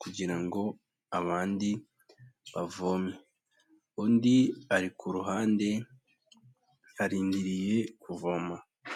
kugira ngo abandi bavome, undi ari ku ruhande arindiriye kuvoma.